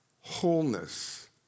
wholeness